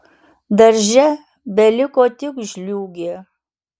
darže beliko tik žliūgė